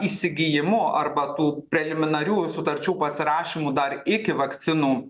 įsigijimu arba tų preliminarių sutarčių pasirašymu dar iki vakcinų